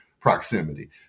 proximity